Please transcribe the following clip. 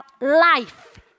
life